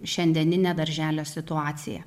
šiandieninę darželio situaciją